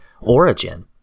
origin